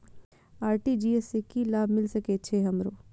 RTGS से की लाभ मिल सके छे हमरो?